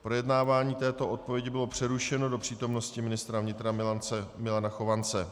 Projednávání této odpovědi bylo přerušeno do přítomnosti ministra vnitra Milana Chovance.